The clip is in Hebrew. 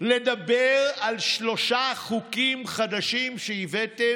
חברי כנסת שמתחילת הכנסת לאורך כל הדרך הם באותה סיעה ובאותה